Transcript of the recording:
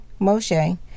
Moshe